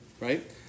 right